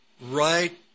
right